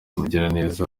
mugiraneza